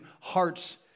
hearts